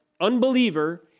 unbeliever